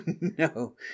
no